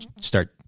start